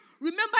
Remember